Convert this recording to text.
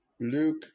Luke